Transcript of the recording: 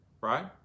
right